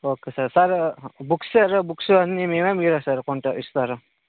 okay sir sir book books అన్ని మేమా మీరా సార్ కొంటారు ఇస్తారు